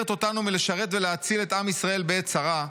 אותנו מלשרת ולהציל את עם ישראל בעת צרה,